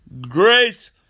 grace